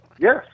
yes